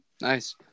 Nice